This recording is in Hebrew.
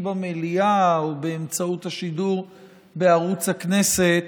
במליאה או באמצעות השידור בערוץ הכנסת,